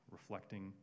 reflecting